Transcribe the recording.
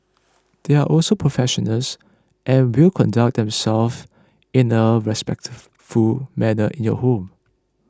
they are also professional and will conduct themselves in a respectful manner in your home